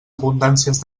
abundàncies